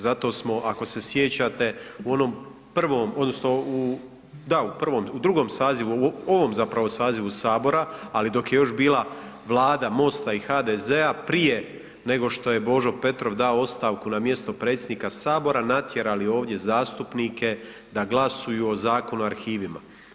Zato smo ako se sjećate u onom prvom odnosno u da u prvom, u drugom sazivu u ovom zapravo sazivu sabora, ali dok je još bila vlada MOST-a i HDZ-a prije nego što je Božo Petrov dao ostavku na mjesto predsjednika sabora natjerali ovdje zastupnike da glasuju o Zakonu o arhivima.